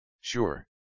Sure